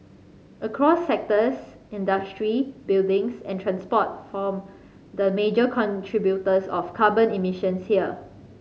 across sectors industry buildings and transport form the major contributors of carbon emissions here